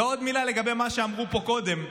ועוד מילה לגבי מה שאמרו פה קודם,